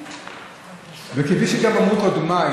כפי שגם אמרו קודמיי,